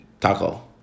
Taco